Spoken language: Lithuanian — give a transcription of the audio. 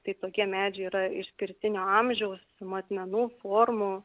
tai tokie medžiai yra išskirtinio amžiaus matmenų formų